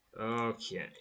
Okay